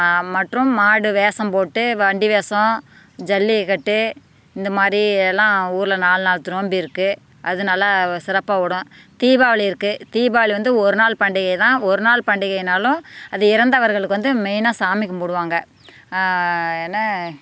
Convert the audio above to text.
மற்றும் மாடு வேஷம் போட்டு வண்டி வேஷம் ஜல்லிக்கட்டு இந்த மாதிரி எல்லாம் ஊரில் நாலு நாள்த்து நோம்பி இருக்குது அது நல்லா சிறப்பாக ஓடும் தீபாவளி இருக்குது தீபாவளி வந்து ஒரு நாள் பண்டிகை தான் ஒரு நாள் பண்டிகைனாலும் அது இறந்தவர்களுக்கு வந்து மெயினாக சாமி கும்பிடுவாங்க என்ன